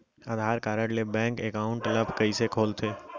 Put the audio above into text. आधार card ले bank account ल कइसे खोलथे?